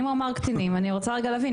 אם הוא אמר קטינים אני רוצה רגע להבין,